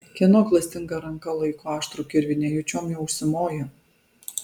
kieno klastinga ranka laiko aštrų kirvį nejučiom juo užsimoja